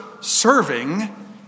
serving